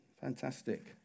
Fantastic